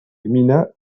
gmina